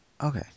okay